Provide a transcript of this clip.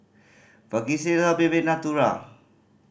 Vagisil Sebamed Natura